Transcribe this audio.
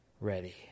ready